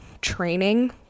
training